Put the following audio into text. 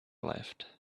left